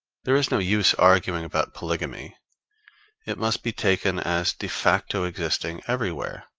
there is no use arguing about polygamy it must be taken as de facto existing everywhere,